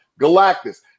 Galactus